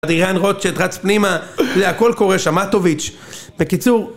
אדריאן רוצ'ט רץ פנימה, זה הכל קורה שם, מאטוביץ', בקיצור